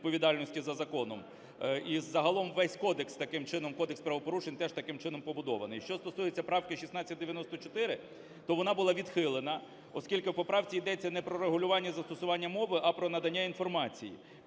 відповідальності за законом. І загалом весь кодекс таким чином, кодекс правопорушень теж таки чином побудований. Що стосується правки 1694, то вона була відхилена, оскільки в поправці йдеться не про регулювання застосування мови, а про надання інформації.